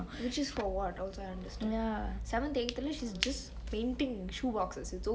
which is for what I also don't understand seven to eight three she's just fainting she walks it's okay